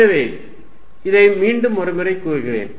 எனவே இதை மீண்டும் ஒருமுறை கூறுகிறேன்